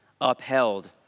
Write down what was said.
upheld